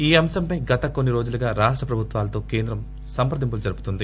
ఈ అంశంపై గత కొన్ని రోజులుగా రాష్ట ప్రభుత్వాలతో కేంద్రం సంప్రదింపులు జరుపుతోంది